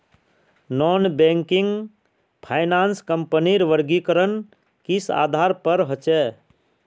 Non banking finance कंपनीर वर्गीकरण किस आधार पर होचे?